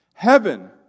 Heaven